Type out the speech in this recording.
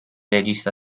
regista